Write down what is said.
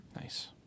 Nice